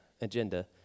agenda